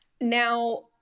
Now